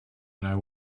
know